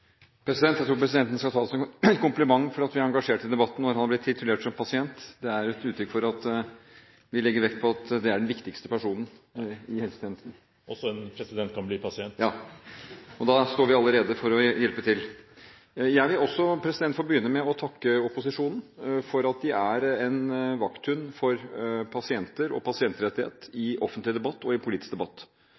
president kan bli pasient. Ja, og da står vi alle rede for å hjelpe til. Jeg vil også få begynne med å takke opposisjonen for at den er en vakthund for pasienter og pasientrettigheter i offentlig og politisk debatt.